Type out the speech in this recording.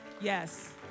yes